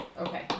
Okay